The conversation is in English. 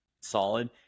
solid